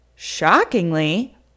shockingly